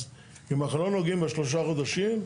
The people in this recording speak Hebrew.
אז אם אנחנו לא נוגעים בשלושה חודשים,